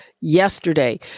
yesterday